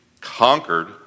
conquered